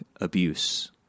abuse